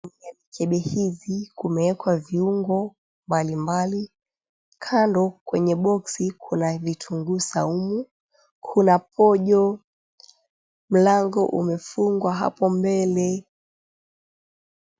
Kwenye mikebe hizi kumewekwa viungo mbalimbali. Kando kwenye boksi kuna vitungu saumu, kuna pojo. Mlango umefungwa hapo mbele.